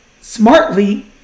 smartly